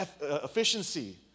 efficiency